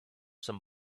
some